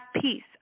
peace